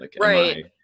Right